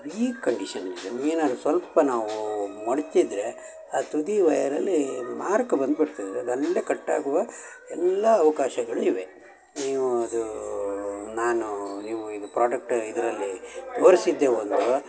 weak condition ಇದೆ ಏನಾದ್ರು ಸ್ವಲ್ಪ ನಾವೂ ಮಡಿಚಿದ್ರೆ ಆ ತುದಿ ವಯರಲ್ಲಿ ಮಾರ್ಕ್ ಬಂದ್ಬಿಡ್ತದೆ ಅದು ಅಲ್ಲಿಯೇ ಕಟ್ಟಾಗುವ ಎಲ್ಲ ಅವಕಾಶಗಳು ಇವೆ ನೀವು ಅದೂ ನಾನು ನೀವು ಇದು ಪ್ರಾಡಕ್ಟ್ ಇದರಲ್ಲಿ ತೋರಿಸಿದ್ದೆ ಒಂದು